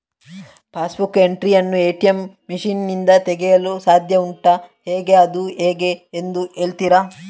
Pass book entry ಯನ್ನು ATM machine ನಿಂದ ತೆಗೆಯಲು ಸಾಧ್ಯ ಉಂಟಾ ಹಾಗೆ ಅದು ಹೇಗೆ ಎಂದು ಹೇಳುತ್ತೀರಾ?